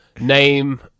name